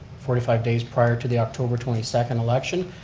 forty five days prior to the october twenty second election.